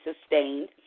sustained